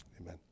amen